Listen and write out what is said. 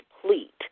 complete